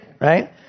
right